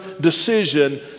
decision